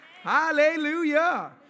Hallelujah